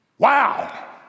Wow